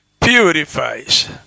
purifies